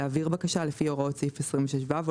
להעביר בקשה לפי הוראות סעיף 26ו או